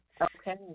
Okay